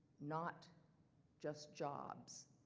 not just jobs.